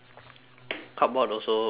cardboard also can [what]